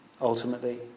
ultimately